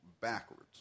backwards